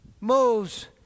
moves